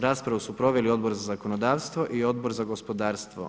Raspravu su proveli Odbor za zakonodavstvo i Odbor za gospodarstvo.